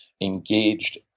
engaged